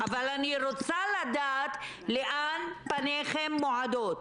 אבל אני רוצה לדעת לאן פניכם מועדות.